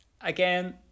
again